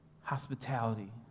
hospitality